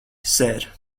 ser